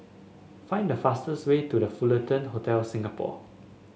find the fastest way to The Fullerton Hotel Singapore